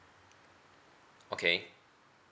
okay